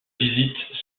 visites